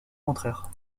contraire